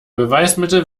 beweismittel